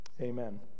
Amen